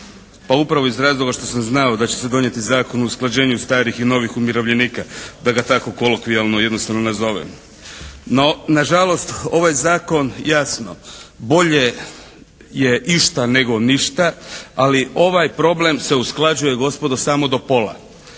Pa upravo iz razloga što sam znao da će se donijeti Zakon u usklađenju starih i novih umirovljenika, da ga tako kolokvijalno jednostavno nazovem. No, na žalost ovaj Zakon jasno bolje je išta nego ništa, ali ovaj problem se usklađuje gospodo samo do pola.